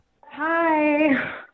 Hi